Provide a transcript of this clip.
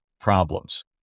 problems